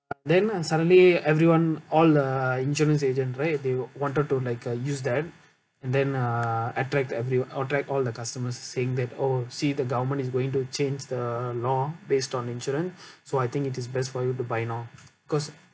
then suddenly everyone all uh insurance agent right they wanted to like uh use that and then uh attracts every attract all the customers saying that oh see the government is going to change the law based on insurance so I think it is best for you to buy now cause